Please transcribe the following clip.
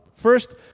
First